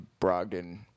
Brogdon